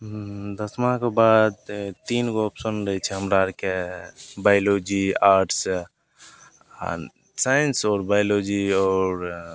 दसमाके बाद तीनगो ऑप्शन रहै छै हमरा आओरके बायोलॉजी आर्ट्स आओर साइन्स आओर बायोलॉजी आओर